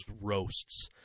roasts